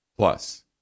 Plus